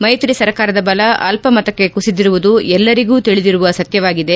ಮೈತ್ರಿ ಸರ್ಕಾರದ ಬಲ ಅಲ್ಪ ಮತಕ್ಕೆ ಕುಸಿಯುತ್ತಿರುವುದು ಎಲ್ಲರಿಗೂ ತಿಳಿದಿರುವ ಸತ್ಯವಾಗಿದೆ